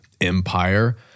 empire